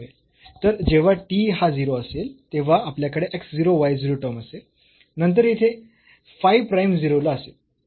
तर जेव्हा t हा 0 असेल तेव्हा आपल्याकडे x 0 y 0 टर्म असेल नंतर येथे फाय प्राईम 0 ला असेल